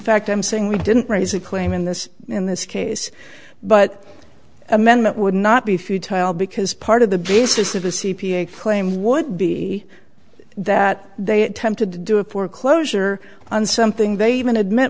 fact i'm saying we didn't raise a claim in this in this case but amendment would not be futile because part of the basis of a c p a claim would be that they attempted to do a foreclosure on something they even admit